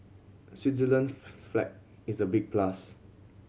Switzerland flag is a big plus